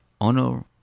honor